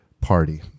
party